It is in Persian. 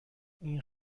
این